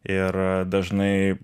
ir dažnai